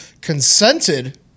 consented